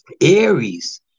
Aries